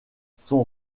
son